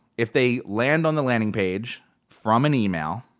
if they land on the landing page from an email,